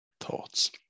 thoughts